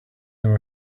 him